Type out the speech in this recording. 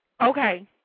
Okay